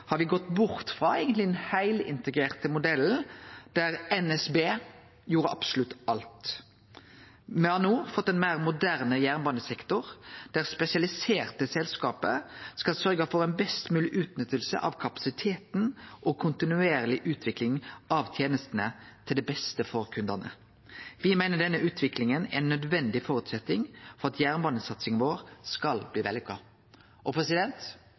har gått, har me gått bort frå den heilintegrerte modellen der NSB gjorde absolutt alt. Me har no fått ein meir moderne jernbanesektor, der spesialiserte selskap skal sørgje for ei best mogleg utnytting av kapasiteten og kontinuerleg utvikling av tenestene til det beste for kundane. Me meiner denne utviklinga er ein nødvendig føresetnad for at jernbanesatsinga vår skal bli